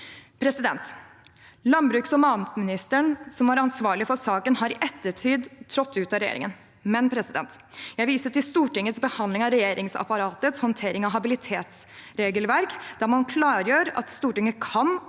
kjøpet. Landbruks- og matministeren, som var ansvarlig for saken, har i ettertid trådt ut av regjeringen. Jeg viser imidlertid til Stortingets behandling av regjeringsapparatets håndtering av habilitetsregelverk, der man klargjør at Stortinget kan,